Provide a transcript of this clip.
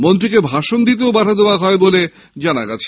মন্ত্রীকে ভাষণ দিতেও বাধা দেওয়া হয় বলে জানান যায়